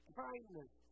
kindness